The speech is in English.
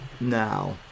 now